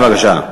בבקשה.